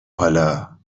حالا